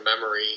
memory